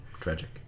Tragic